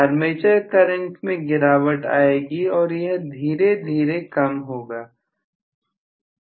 armature current में गिरावट आएगी और यह धीरे धीरे कम होगा